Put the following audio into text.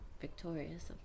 victorious